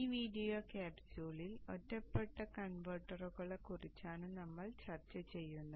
ഈ വീഡിയോ ക്യാപ്സ്യൂളിൽ ഒറ്റപ്പെട്ട കൺവെർട്ടറുകളെക്കുറിച്ചാണ് നമ്മൾ ചർച്ച ചെയ്യുന്നത്